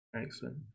Excellent